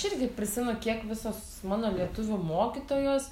aš irgi prisimenu kiek visos mano lietuvių mokytojos